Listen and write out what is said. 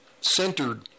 centered